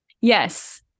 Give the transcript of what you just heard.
Yes